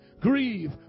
Grieve